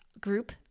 group